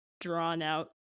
drawn-out